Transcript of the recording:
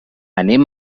anem